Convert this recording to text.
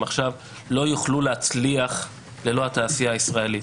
עכשיו לא יוכלו להצליח ללא התעשייה הישראלית.